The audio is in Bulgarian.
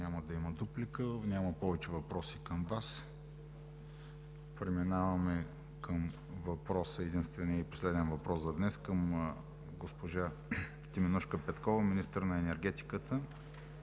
Няма да има дуплика. Няма повече въпроси към Вас. Преминаваме към единствения и последен въпрос за днес към госпожа Теменужка Петкова – министър на енергетиката,